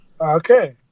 Okay